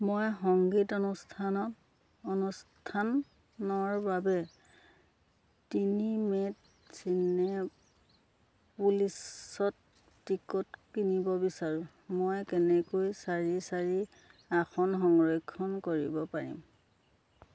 মই সংগীত অনুষ্ঠান অনুষ্ঠানৰ বাবে তিনি মে'ত চিনেপোলিছত টিকট কিনিব বিচাৰোঁ মই কেনেকৈ চাৰি চাৰি আসন সংৰক্ষণ কৰিব পাৰিম